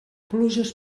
pluges